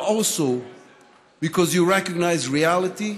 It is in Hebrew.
but also because you recognize reality,